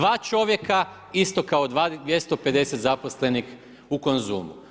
Dva čovjeka isto kao 250 zaposlenih u Konzumu.